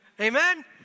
Amen